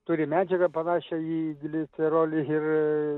turi medžiagą panašią į glicerolį ir